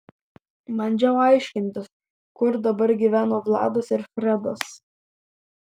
bandžiau aiškintis kur dabar gyveno vladas ir fredas